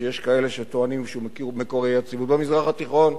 שיש כאלה שטוענים שהוא מקור האי-יציבות במזרח התיכון.